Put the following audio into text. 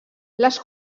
les